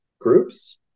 groups